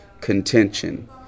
contention